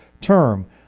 term